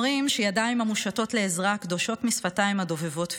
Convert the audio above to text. אומרים שידיים המושטות לעזרה קדושות משפתיים הדובבות תפילה.